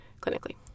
clinically